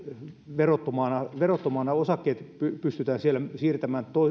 verottomana verottomana osakkeet pystytään siellä siirtämään